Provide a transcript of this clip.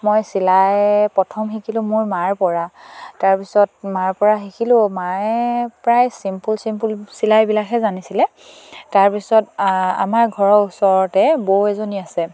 মই চিলাই প্ৰথম শিকিলোঁ মোৰ মাৰ পৰা তাৰপিছত মাৰ পৰা শিকিলোঁ মায়ে প্ৰায় ছিম্পল ছিম্পল চিলাইবিলাকহে জানিছিলে তাৰপিছত আমাৰ ঘৰৰ ওচৰতে বৌ এজনী আছে